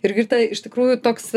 jurgita iš tikrųjų toks